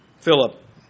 Philip